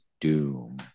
doom